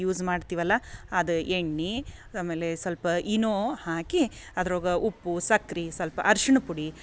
use ಮಾಡ್ತೀವಲ್ಲ ಅದು ಎಣ್ಣೆ ಆಮೇಲೆ ಸ್ವಲ್ಪ ಇನೋ ಹಾಕಿ ಅದ್ರಾಗ ಉಪ್ಪು ಸಕ್ರೆ ಸ್ವಲ್ಪ ಅರ್ಶಿಣ ಪುಡಿ